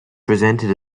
presented